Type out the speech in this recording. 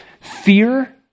Fear